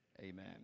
amen